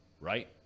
right